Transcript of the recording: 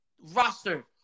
roster